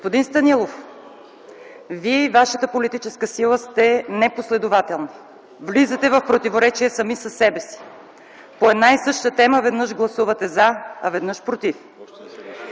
Господин Станилов, Вие и вашата политическа сила сте непоследователни – влизате в противоречие сами със себе си, по една и съща тема веднъж гласувате „за”, а веднъж – „против”.